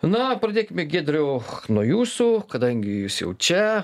na pradėkime giedriau nuo jūsų kadangi jūs jau čia